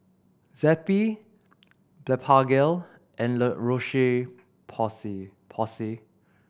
Zappy Blephagel and La Roche Porsay